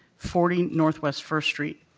forty northwest first street.